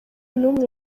n’umwe